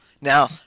Now